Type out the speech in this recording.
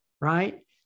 right